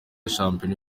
shampiyona